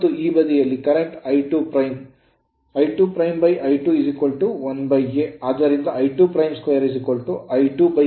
ಆದ್ದರಿಂದ I22 I2 a